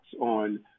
on